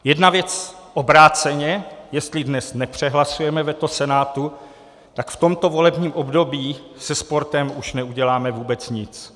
Jedna věc obráceně, jestli dnes nepřehlasujeme veto Senátu, tak v tomto volebním období se sportem neuděláme už vůbec nic.